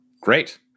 Great